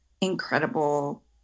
incredible